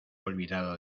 olvidado